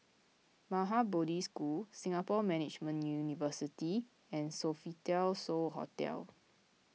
Maha Bodhi School Singapore Management University and Sofitel So Hotel